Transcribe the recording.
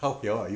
how